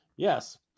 Yes